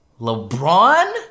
LeBron